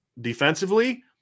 defensively